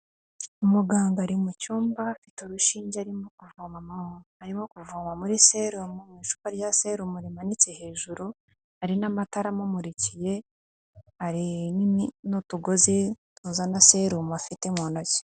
Umuganga ari mu cyumba afite urushinge arimo kuvoma muri serumu mu icupa rya sarumu rimanitse hejuru, hari n'amatara amumurikiye, hari n'utugozi tuzana serumu afite mu ntoki.